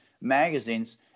magazines